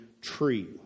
tree